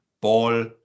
ball